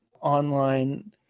online